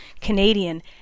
Canadian